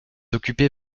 occupée